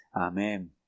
Amen